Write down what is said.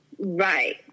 Right